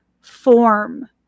form